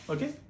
Okay